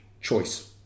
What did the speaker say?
choice